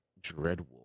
Dreadwolf